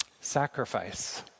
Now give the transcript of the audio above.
Sacrifice